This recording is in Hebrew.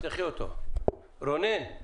רונן,